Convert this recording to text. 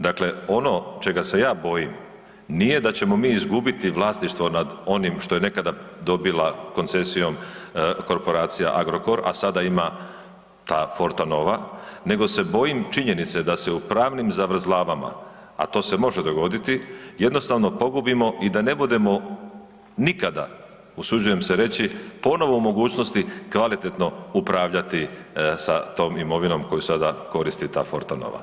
Dakle, ono čega se ja bojim nije da ćemo mi izgubiti vlasništvo nad onim što je nekada dobila koncesijom korporacija Agrokor, a sada ima ta Forta Nova, nego se bojim činjenica da se u pravnim zavrzlamama, a to se može dogoditi, jednostavno pogubimo i da ne budemo nikada, usuđujem se reći, ponovo u mogućnosti kvalitetno upravljati sa tom imovinom koju sada koristi ta Forta Nova.